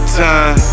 time